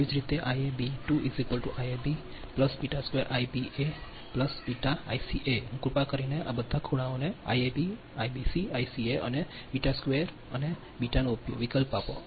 તેવી જ રીતે Iab2 Iab B²Ibe B Ica હું કૃપા કરીને આ બધા ખૂણાઓને Iab Ibc Ica and બી2 and બી નો વિકલ્પ આપો